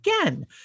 again